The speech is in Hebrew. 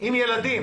עם ילדים